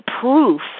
proof